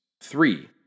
Three